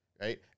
right